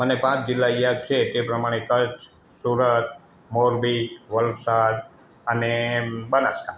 મને પાંચ જીલ્લા યાદ છે તે પ્રમાણે કચ્છ સુરત મોરબી વલસાડ અને બનાસકાંઠા